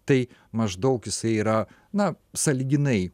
tai maždaug jisai yra na sąlyginai